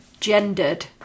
gendered